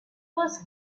was